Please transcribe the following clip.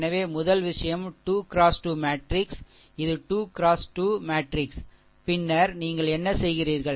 எனவே முதல் விஷயம் 2 X 2 மேட்ரிக்ஸ் அணி இது 2 X 2 அணி பின்னர் நீங்கள் என்ன செய்கிறீர்கள்